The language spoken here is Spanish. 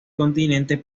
continente